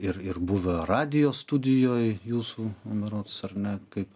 ir ir buvo radijo studijoj jūsų berods ar ne kaip